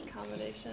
Accommodation